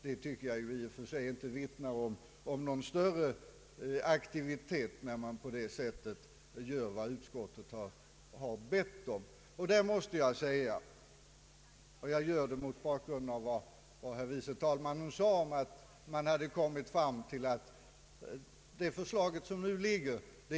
Det vittnar i och för sig inte om någon större aktivitet när man på det sättet gör vad utskottet har bett om. Herr förste vice talmannen sade att det nu framlagda förslaget var en nödvändighet.